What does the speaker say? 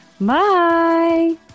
Bye